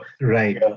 Right